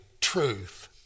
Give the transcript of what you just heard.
truth